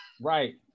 Right